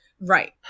Right